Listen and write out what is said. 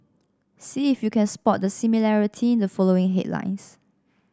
see if you can spot the similarity in the following headlines